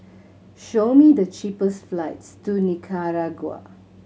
show me the cheapest flights to Nicaragua